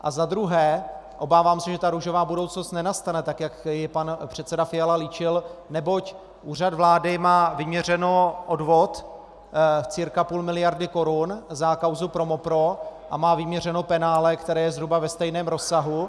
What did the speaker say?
A za druhé obávám se, že ta růžová budoucnost nenastane, tak jak ji pan předseda Fiala líčil, neboť Úřad vlády má vyměřený odvod cca půl miliardy korun za kauzu ProMoPro a má vyměřené penále, které je zhruba ve stejném rozsahu.